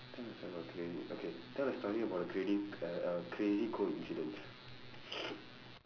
tell a story about a crazy okay tell a story about a crady uh a crazy coincidence